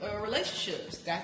relationships